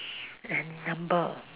any number